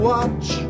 Watch